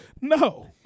No